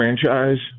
franchise